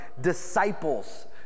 Disciples